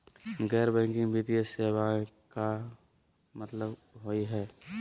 गैर बैंकिंग वित्तीय सेवाएं के का मतलब होई हे?